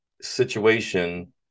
situation